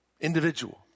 individual